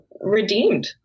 redeemed